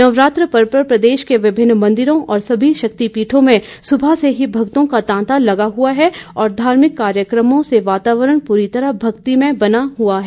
नवरात्र पर्व पर प्रदेश के विभिन्न मंदिरों और सभी शक्तिपीठों में सुबह से ही भक्तों का तांता लगा हुआ है और धार्मिक कार्यक्रमों से वातावरण प्ररी तरह भक्तिमय बना हुआ है